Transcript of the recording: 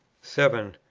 seven.